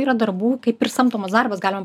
yra darbų kaip ir samdomas darbas galima